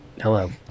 Hello